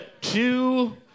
two